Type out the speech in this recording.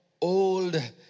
old